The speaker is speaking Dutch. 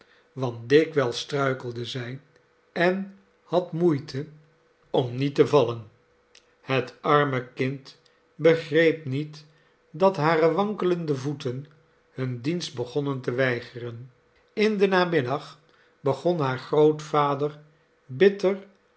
want dikwijls struikelde zij enhadmoeite om niet te vallen het arme kind begreep niet dat hare wankelende voeten hun dienst begonnen te weigeren in den namiddag begon haar grootvader bitter